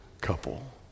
couple